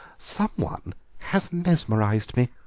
some one has mesmerised me,